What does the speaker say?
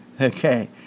okay